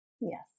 Yes